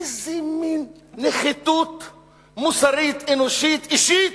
איזה מין נחיתות מוסרית, אנושית, אישית.